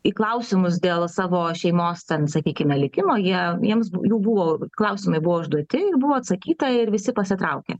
į klausimus dėl savo šeimos ten sakykime likimo jie jiems jų buvo klausimai buvo užduoti ir buvo atsakyta ir visi pasitraukė